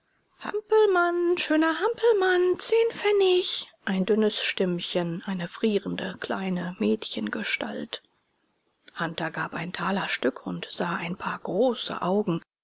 hampelmann schöner hampelmann zehn pfennig ein dünnes stimmchen eine frierende kleine mädchengestalt hunter gab ein talerstück und sah ein paar große augen